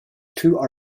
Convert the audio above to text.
two